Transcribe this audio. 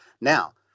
Now